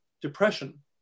depression